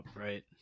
right